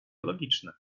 logiczne